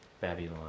babylon